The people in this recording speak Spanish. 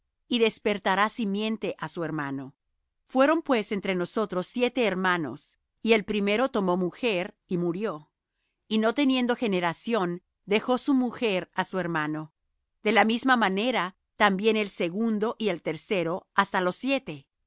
y despertará simiente á su hermano fueron pues entre nosotros siete hermanos y el primero tomó mujer y murió y no teniendo generación dejó su mujer á su hermano de la misma manera también el segundo y el tercero hasta los siete